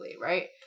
right